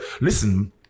Listen